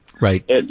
Right